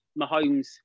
Mahomes